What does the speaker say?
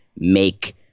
make